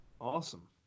Awesome